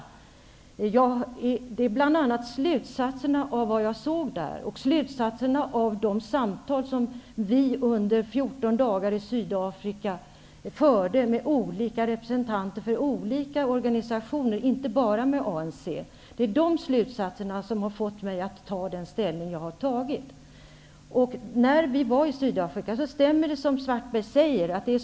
Det är bl.a. slutsatserna av vad jag såg där och slutsatserna av de samtal som vi under 14 dagar i Sydafrika förde med representanter för olika organisationer, inte bara för ANC, som har fått mig att ta den ställning jag har tagit. Det som Karl-Erik Svartberg säger stämmer.